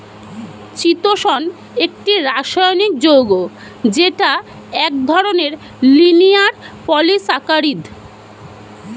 চিতোষণ একটি রাসায়নিক যৌগ যেটা এক ধরনের লিনিয়ার পলিসাকারীদ